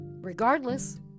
regardless